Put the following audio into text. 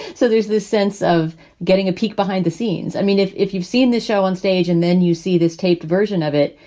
so there's this sense of getting a peek behind the scenes. i mean, if if you've seen the show on stage and then you see this taped version of it,